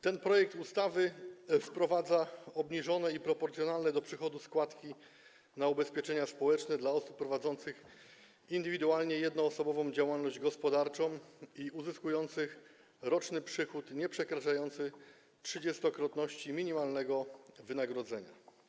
Ten projekt ustawy wprowadza obniżone i proporcjonalne do przychodów składki na ubezpieczenia społeczne dla osób prowadzących indywidualnie jednoosobową działalność gospodarczą i uzyskujących roczny przychód nieprzekraczający trzydziestokrotności minimalnego wynagrodzenia.